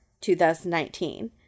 2019